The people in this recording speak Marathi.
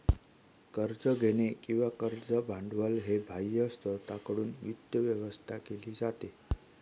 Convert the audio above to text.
कर्ज घेणे किंवा कर्ज भांडवल हे बाह्य स्त्रोतांकडून वित्त व्यवस्था केली जाते